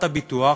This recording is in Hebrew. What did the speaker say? הביטוח,